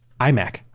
iMac